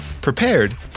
prepared